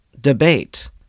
debate